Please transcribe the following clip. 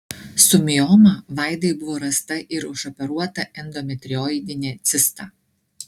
su mioma vaidai buvo rasta ir išoperuota endometrioidinė cista